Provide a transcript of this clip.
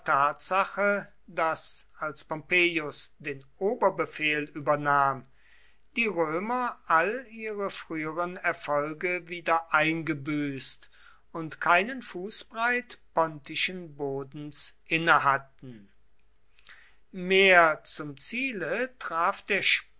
tatsache daß als pompeius den oberbefehl übernahm die römer all ihre früheren erfolge wieder eingebüßt und keinen fußbreit pontischen bodens innehatten mehr zum ziele traf der